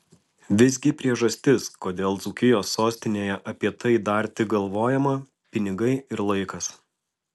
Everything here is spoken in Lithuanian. visgi priežastis kodėl dzūkijos sostinėje apie tai dar tik galvojama pinigai ir laikas